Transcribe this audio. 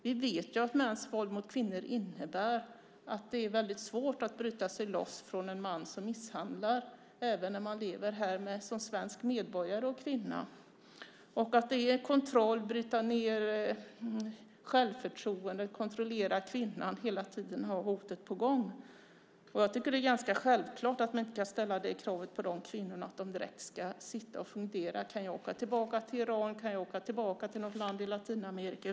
Vi vet att mäns våld mot kvinnor innebär att det är väldigt svårt att bryta sig loss från en man som misshandlar även när man lever som svensk medborgare och kvinna. Det handlar om kontroll, att bryta ned självförtroendet, att kontrollera kvinnan och hela tiden ha hotet på gång. Jag tycker att det är ganska självklart att man inte kan ställa kravet på dessa kvinnor att de ska sitta och fundera: Kan jag åka tillbaka till Iran, eller något land i Latinamerika?